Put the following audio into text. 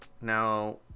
now